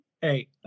Hey